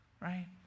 right